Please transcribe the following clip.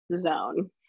zone